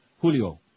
Julio